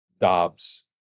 Dobbs